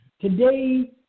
Today